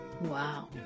Wow